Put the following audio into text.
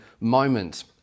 moment